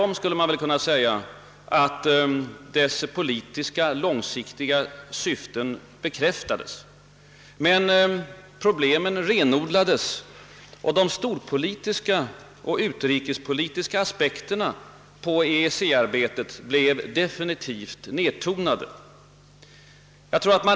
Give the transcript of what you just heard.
Man kan tvärtom säga att dess politiska, långsiktiga syften bekräftades. Men problemen renodlades, och de storpolitiska och utrikespolitiska aspekterna på EEC arbetet blev definitivt nedtonade.